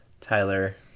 Tyler